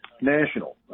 national